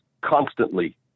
constantly